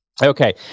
Okay